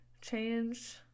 change